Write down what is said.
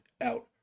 out